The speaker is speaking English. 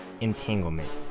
entanglement